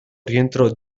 rientrò